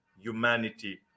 humanity